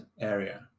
area